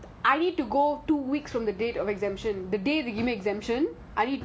அதன் நானும் சொல்றன்:athan naanum solran and then suddenly if something happens then they will close the borders again